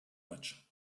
much